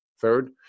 Third